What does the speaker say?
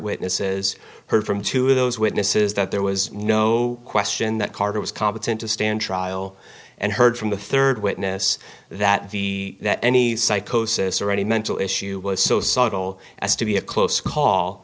witnesses heard from two of those witnesses that there was no question that carter was competent to stand trial and heard from the third witness that the that any psychosis or any mental issue was so subtle as to be a close call